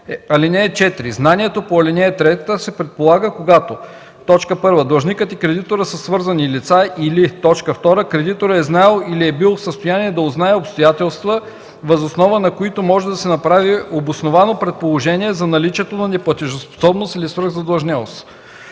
година. (4) Знанието по ал. 3 се предполага, когато: 1. длъжникът и кредиторът са свързани лица, или 2. кредиторът е знаел или е бил в състояние да узнае обстоятелства, въз основа на които може да се направи обосновано предположение за наличието на неплатежоспособност или свръхзадълженост.